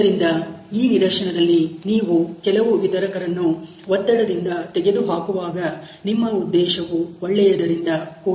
ಆದ್ದರಿಂದ ಈ ನಿದರ್ಶನದಲ್ಲಿ ನೀವು ಕೆಲವು ವಿತರಕರನ್ನು ಒತ್ತಡದಿಂದ ತೆಗೆದು ಹಾಕುವಾಗ ನಿಮ್ಮ ಉದ್ದೇಶವು ಒಳ್ಳೆಯದರಿಂದ ಕೂಡಿರಬೇಕು